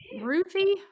Ruthie